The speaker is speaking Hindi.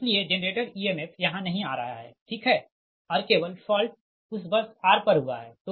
इसलिए जेनरेटर emf यहाँ नहीं आ रहा है ठीक है और केवल फॉल्ट उस बस r पर हुआ है